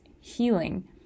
healing